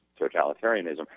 totalitarianism